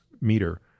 meter